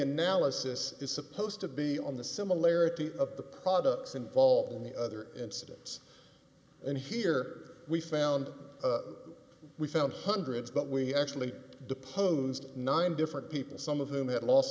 analysis is supposed to be on the similarity of the products involved in the other incidents and here we found we found hundreds but we actually deposed nine different people some of whom had lost